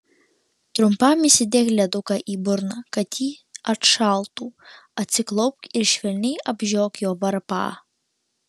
trumpam įsidėk leduką į burną kad ji atšaltų atsiklaupk ir švelniai apžiok jo varpą